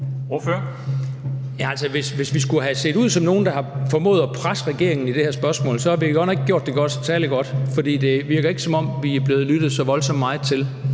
hvis vi skulle have set ud som nogle, der har formået at presse regeringen i det her spørgsmål, har vi godt nok ikke gjort det særlig godt, for det virker ikke, som om vi er blevet lyttet så voldsomt meget til.